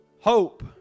hope